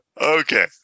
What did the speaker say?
okay